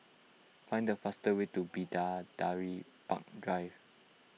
find the fastest way to Bidadari Park Drive